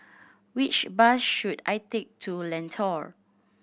which bus should I take to Lentor